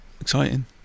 Exciting